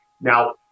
Now